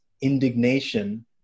indignation